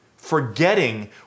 forgetting